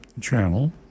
channel